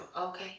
Okay